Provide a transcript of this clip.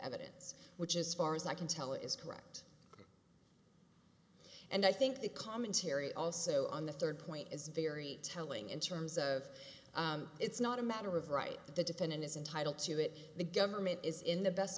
evidence which is far as i can tell is correct and i think the commentary also on the third point is very telling in terms of it's not a matter of right that the defendant is entitled to it the government is in the best